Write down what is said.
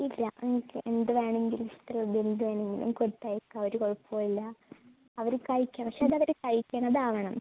ഇല്ല നിങ്ങൾക്ക് എന്തുവേണമെങ്കിലും ഇഷ്ടമുള്ളത് എന്തുവേണമെങ്കിലും കൊടുത്തയക്കാം ഒരു കുഴപ്പവും ഇല്ല അവർ കഴിക്കണം പക്ഷെ അതവർ കഴിക്കണതാവണം